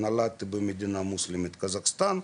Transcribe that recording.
נולדתי במדינה מוסלמית, קזחסטן,